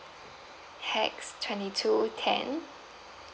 hex twenty two ten